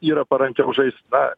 yra parankiau žaist na